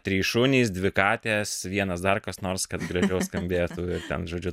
trys šunys dvi katės vienas dar kas nors kad gražiau skambėtų ir ten žodžiu